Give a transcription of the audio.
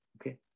okay